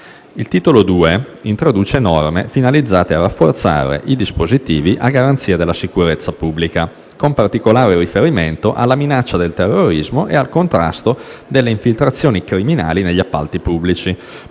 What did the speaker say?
Il Titolo II introduce norme finalizzate a rafforzare i dispositivi a garanzia della sicurezza pubblica, con particolare riferimento alla minaccia del terrorismo e al contrasto delle infiltrazioni criminali negli appalti pubblici,